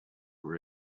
your